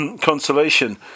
consolation